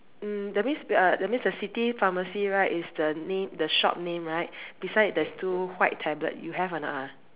mm that means uh that means the city pharmacy right is the name the shop name right beside there's two white tablet you have or not ah